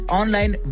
online